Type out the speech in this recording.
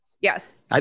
Yes